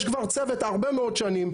יש כבר צוות הרבה מאוד שנים,